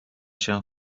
się